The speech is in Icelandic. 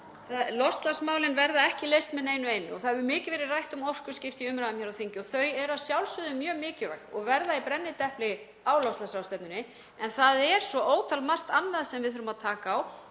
loftslagsmálin ekki leyst með neinu einu og það hefur mikið verið rætt um orkuskipti í umræðum hér á þingi og þau eru að sjálfsögðu mjög mikilvæg og verða í brennidepli á loftslagsráðstefnunni. En það er svo ótal margt annað sem við þurfum að taka á